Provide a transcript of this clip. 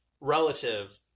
relative